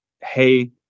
hey